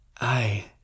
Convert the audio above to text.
I